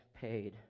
paid